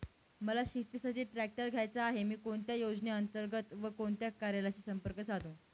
मला शेतीसाठी ट्रॅक्टर घ्यायचा आहे, मी कोणत्या योजने अंतर्गत व कोणत्या कार्यालयाशी संपर्क साधू?